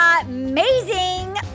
Amazing